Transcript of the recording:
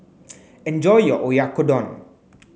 enjoy your Oyakodon